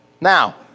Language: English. Now